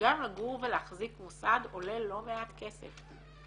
שגם לגור ולהחזיק מוסד עולה לא מעט כסף.